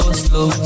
slow